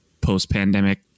post-pandemic